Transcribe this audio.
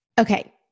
Okay